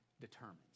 determines